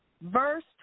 Verse